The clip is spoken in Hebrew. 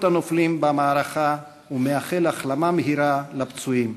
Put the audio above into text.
הנופלים במערכה ומאחל החלמה מלאה לפצועים.